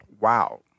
Wow